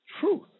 truth